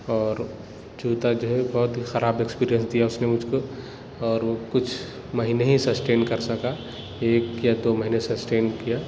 اور جوتا جو ہے بہت ہی خراب ایکسپیریئنس دیا اُس نے مجھ کو اور وہ کچھ مہینے ہی سسٹین کر سکا ایک یا دو مہینے سسٹین کیا